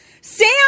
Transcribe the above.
Sam